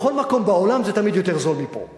בכל מקום בעולם זה תמיד יותר זול מאשר פה.